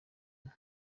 inka